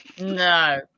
No